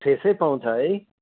फ्रेसै पाउँछ है